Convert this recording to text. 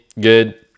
good